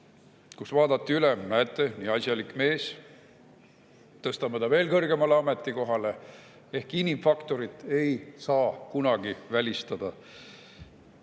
kus vaadati üle: näete, nii asjalik mees, tõstame ta veel kõrgemale ametikohale! Inimfaktorit ei saa kunagi välistada.